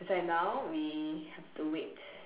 so now we have to wait